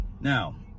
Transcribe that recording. Now